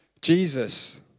Jesus